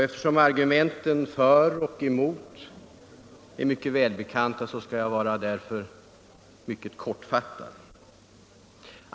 Eftersom argumenten för och emot är välbekanta skall jag vara mycket kortfattad.